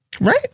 right